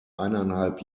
eineinhalb